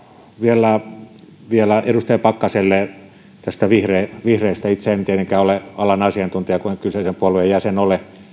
vielä vielä edustaja pakkaselle näistä vihreistä vihreistä itse en tietenkään ole alan asiantuntija kun en kyseisen puolueen jäsen ole